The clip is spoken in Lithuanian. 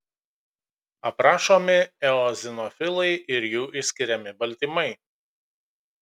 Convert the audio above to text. aprašomi eozinofilai ir jų išskiriami baltymai